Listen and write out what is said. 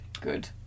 good